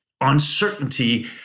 uncertainty